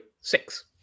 six